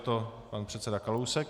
Je to pan předseda Kalousek.